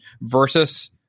versus